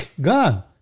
Gone